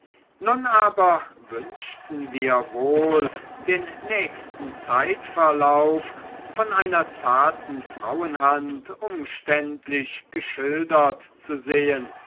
nun aber wünschten wir wohl den nächsten zeitverlauf von einer zarten frauenhand umständlich geschildert zu sehen